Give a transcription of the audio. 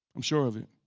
i'm sure of it.